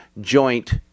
joint